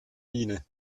miene